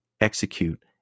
execute